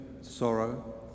sorrow